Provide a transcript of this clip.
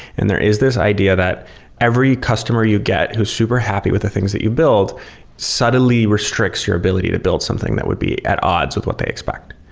and there is this idea that every customer you get who's super happy with the things that you build suddenly restricts your ability to build something that would be at odds with what they expect.